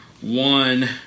one